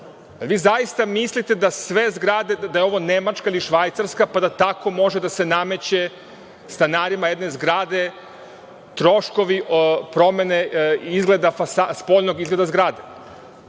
vi zaista mislite da je ovo Nemačka ili Švajcarska pa da tako može da se nameće stanarima jedne zgrade, troškovi o promeni spoljnog izgleda zgrade? Ja